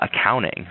accounting